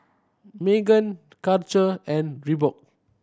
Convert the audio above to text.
Megan Karcher and Reebok